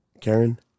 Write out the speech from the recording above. Karen